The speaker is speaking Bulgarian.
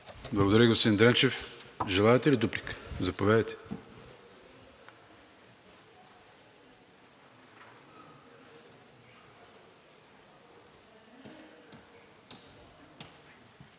Благодаря, господин Дренчев. Желаете ли дуплика? Заповядайте.